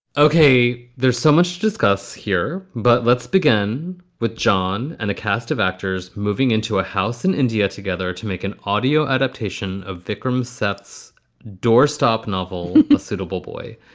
ok, there's so much to discuss here, but let's begin with john and a cast of actors moving into a house in india together to make an audio adaptation of vikram seth doorstop novel a suitable boy.